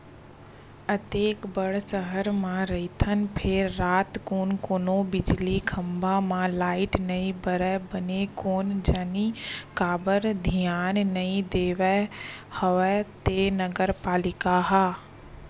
अतेक बड़ सहर म रहिथन फेर रातकुन कोनो बिजली खंभा म लाइट नइ बरय बने कोन जनी काबर धियान नइ देवत हवय ते नगर पालिका ह